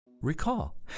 Recall